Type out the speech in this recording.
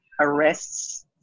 arrests